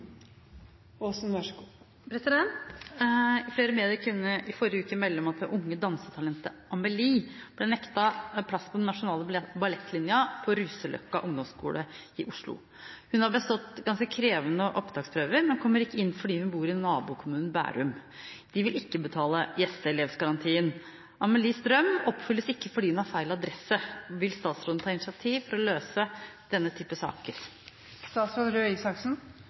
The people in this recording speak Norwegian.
medier kunne i forrige uke melde at det unge dansetalentet Amelie blir nektet plass på den nasjonale ballettlinja på Ruseløkka skole i Oslo. Hun har bestått krevende opptaksprøver, men kommer ikke inn fordi hun bor i nabokommunen Bærum. De vil ikke betale gjesteelevsgarantien. Amelies drøm oppfylles ikke fordi hun har feil adresse. Vil statsråden ta initiativ til å løse denne type